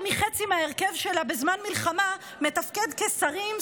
מחצי מההרכב שלה בזמן מלחמה מתפקד כשרים,